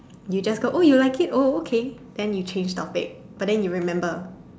you just told oh you like it oh okay then you change topic but then you remember